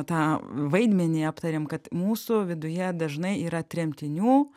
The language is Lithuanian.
tą vaidmenį aptarėm kad mūsų viduje dažnai yra tremtinių